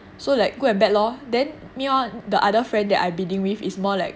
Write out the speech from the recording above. so like good and bad lor then meanwhile the other friend that I bidding with is more like